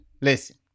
listen